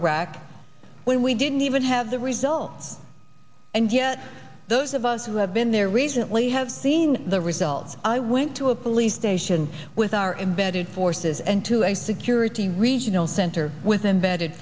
iraq when we didn't even have the results and yet those of us who have been there recently have seen the results i went to a police station with our embedded forces and to a security regional center with embedded